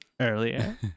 earlier